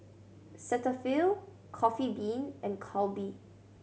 Cetaphil Coffee Bean and Calbee